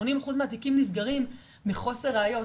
80% מהתיקים נסגרים מחוסר ראיות.